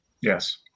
yes